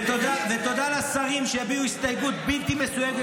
ותודה לשרים שהביעו תמיכה בלתי מסויגת.